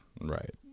right